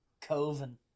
Coven